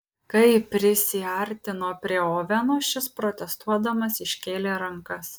kai prisiartino prie oveno šis protestuodamas iškėlė rankas